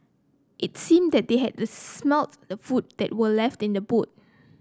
it seemed that they had smelt the food that were left in the boot